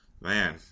man